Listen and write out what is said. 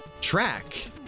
track